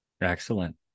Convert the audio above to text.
Excellent